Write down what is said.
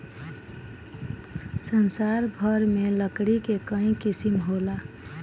संसार भर में लकड़ी के कई किसिम होला